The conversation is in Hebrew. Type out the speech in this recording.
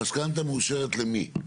המשכנתא מאושרת למי?